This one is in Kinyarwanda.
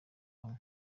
bamwe